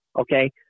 Okay